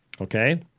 Okay